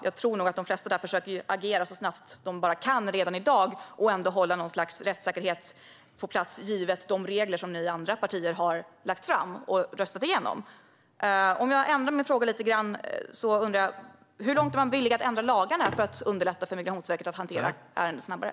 Jag tror nog att de flesta där försöker att agera så snabbt de bara kan redan i dag och ändå hålla något slags rättssäkerhet på plats givet de regler som ni andra partier har lagt fram och röstat igenom. Om jag ändrar min fråga lite grann undrar jag: Hur långt är man villig att ändra lagarna för att underlätta för Migrationsverket att hantera ärenden snabbare?